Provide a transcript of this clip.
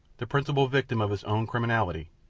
the principal victim of his own criminality,